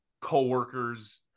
coworkers